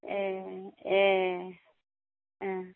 ए ए ए